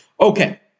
Okay